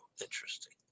interesting